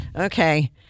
Okay